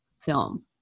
film